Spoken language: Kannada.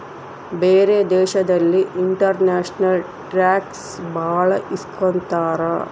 ಬೇರೆ ದೇಶದಲ್ಲಿ ಇಂಟರ್ನ್ಯಾಷನಲ್ ಟ್ಯಾಕ್ಸ್ ಭಾಳ ಇಸ್ಕೊತಾರ